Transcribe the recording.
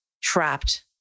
trapped